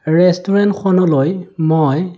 ৰেষ্টুৰেণ্টখনলৈ মই